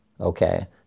okay